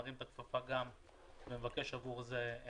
מרים את הכפפה ומבקש עבור זה תקציב.